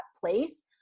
place